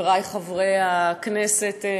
חברי חברי הכנסת,